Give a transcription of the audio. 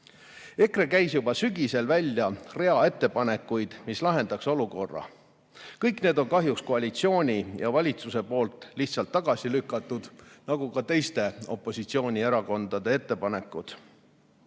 käis juba sügisel välja rea ettepanekuid, mis lahendaks olukorra. Kõik need on kahjuks koalitsiooni ja valitsuse poolt lihtsalt tagasi lükatud, nagu ka teiste opositsioonierakondade ettepanekud.